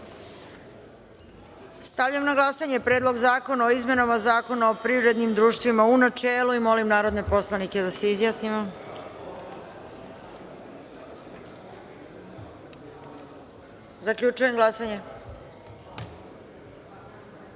glasova. Stavljam na glasanje Predlog zakona o izmenama Zakona o privrednim društvima, u načelu. Molim narodne poslanike da se izjasnimo. Zaključujem glasanje: